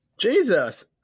Jesus